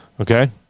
okay